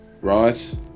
right